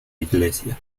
iglesia